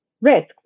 risk